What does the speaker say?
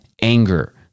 anger